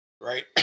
right